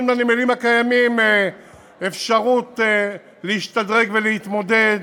לנמלים הקיימים אפשרות להשתדרג ולהתמודד